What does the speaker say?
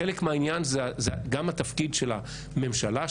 חלק מהעניין זה גם התפקיד של הממשלה,